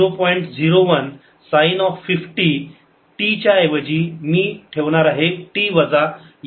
01 sine of 50 t च्या ऐवजी मी ठेवणार आहे t वजा x छेद v